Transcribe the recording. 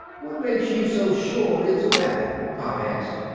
what makes you so sure it's a weapon? pop asked.